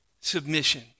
submission